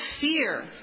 fear